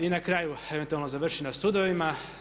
I na kraju, eventualno završi na sudovima.